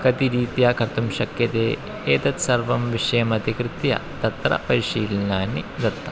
कति रीत्या कर्तुं शक्यते एतत् सर्वं विषयम् अधिकृत्य तत्र परिशीलनं दत्तं